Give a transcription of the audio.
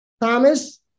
Thomas